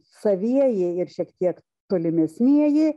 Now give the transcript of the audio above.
savieji ir šiek tiek tolimesnieji